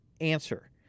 answer